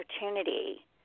opportunity